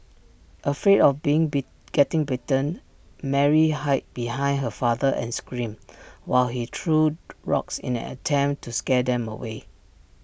afraid of being be getting bitten Mary hid behind her father and screamed while he threw rocks in an attempt to scare them away